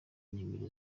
nimero